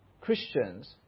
Christians